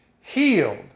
healed